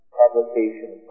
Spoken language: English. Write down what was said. publication